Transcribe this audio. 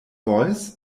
voice